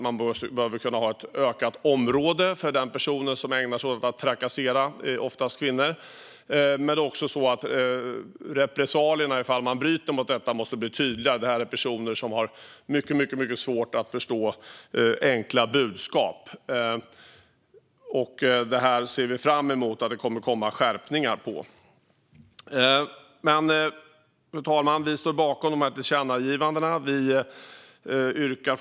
Man behöver kunna utöka området för kontaktförbudet för den som ägnar sig åt att trakassera kvinnor, som är de som oftast utsätts. Repressalierna om man bryter mot detta måste också bli tydligare. Det handlar om personer som har mycket svårt att förstå enkla budskap. Vi ser fram emot att det kommer att komma skärpningar. Fru talman! Vi står bakom tillkännagivandena.